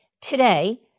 Today